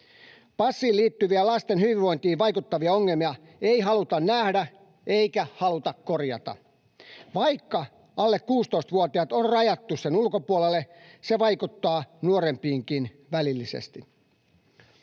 Passiin liittyviä lasten hyvinvointiin vaikuttavia ongelmia ei haluta nähdä eikä niitä haluta korjata. Vaikka alle 16-vuotiaat on rajattu passin ulkopuolelle, se vaikuttaa nuorempiinkin välillisesti.